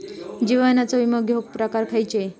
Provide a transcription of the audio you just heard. जीवनाचो विमो घेऊक प्रकार खैचे?